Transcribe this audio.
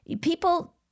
people